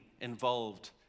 involved